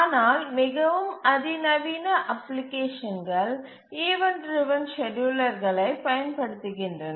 ஆனால் மிகவும் அதிநவீன அப்ளிகேஷன்கள் ஈவண்ட் டிரவன் ஸ்கேட்யூலர்களைப் பயன்படுத்துகின்றன